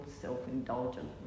self-indulgent